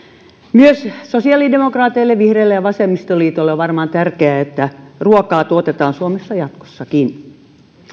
myös sosiaalidemokraateille vihreille ja vasemmistoliitolle on varmaan tärkeää että ruokaa tuotetaan suomessa jatkossakin